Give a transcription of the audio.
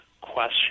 question